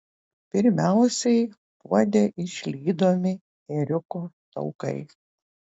pirmiausiai puode išlydomi ėriuko taukai